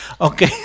Okay